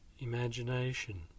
imagination